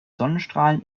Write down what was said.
sonnenstrahlen